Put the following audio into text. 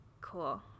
cool